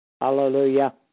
Hallelujah